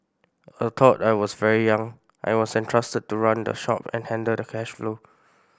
although I was very young I was entrusted to run the shop and handle the cash flow